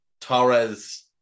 Torres